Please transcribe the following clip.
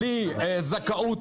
בלי זכאות,